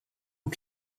aux